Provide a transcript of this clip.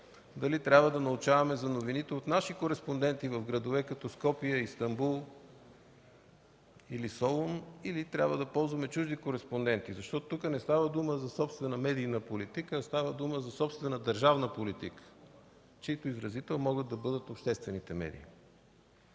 Дали трябва да научаваме за новините от наши кореспонденти в градове като Скопие, Истанбул и Солун или трябва да ползваме чужди кореспонденти? Защото тук не става дума за собствена медийна политика, а за собствена държавна политика, чийто изразител могат да бъдат обществените медии.